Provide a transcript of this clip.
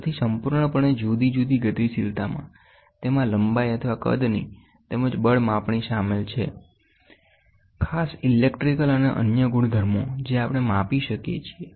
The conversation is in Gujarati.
તેથી સંપૂર્ણપણે જુદી જુદી ગતિશીલતામાં તેમાં લંબાઈ અથવા કદની તેમજ બળ માપણી શામેલ છે માસ ઇલેક્ટ્રિકલ અને અન્ય ગુણધર્મો જે અઆપણે માપી શકીએ છીએ